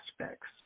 aspects